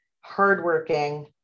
hardworking